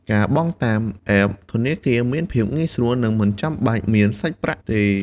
ការបង់តាមអេបធនាគារមានភាពងាយស្រួលនិងមិនចាំបាច់មានសាច់ប្រាក់ទេ។